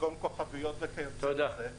במקום כוכביות וכיוצא בזה,